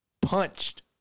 punched